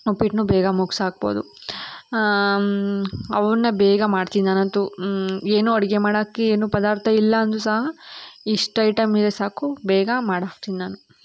ಉಪ್ಪಿಟ್ಟನ್ನು ಬೇಗ ಮುಗ್ಸಿ ಹಾಕ್ಬೋದು ಅವನ್ನು ಬೇಗ ಮಾಡ್ತೀನಿ ನಾನಂತೂ ಏನು ಅಡುಗೆ ಮಾಡೋಕ್ಕೆ ಏನೂ ಪದಾರ್ಥ ಇಲ್ಲ ಅಂದರೂ ಸಹ ಇಷ್ಟು ಐಟಮ್ ಇದ್ದರೆ ಸಾಕು ಬೇಗ ಮಾಡಿ ಹಾಕ್ತೀನಿ ನಾನು